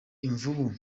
imvubu